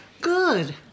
Good